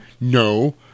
No